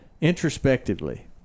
introspectively